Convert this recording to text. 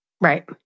Right